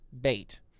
bait